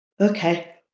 Okay